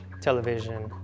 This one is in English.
television